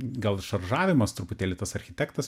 gal šaržavimas truputėlį tas architektas